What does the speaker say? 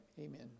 amen